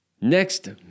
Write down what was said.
Next